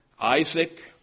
Isaac